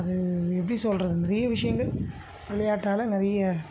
அது எப்படி சொல்கிறது நிறைய விஷயங்கள் விளையாட்டால் நிறைய